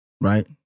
Right